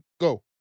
Go